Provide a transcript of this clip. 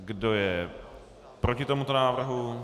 Kdo je proti tomuto návrhu?